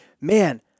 man